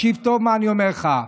ותקשיב לטוב מה שאני אומר לך.